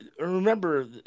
remember